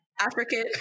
African